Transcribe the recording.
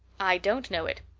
i don't know it.